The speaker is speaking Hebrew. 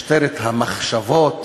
משטרת מחשבות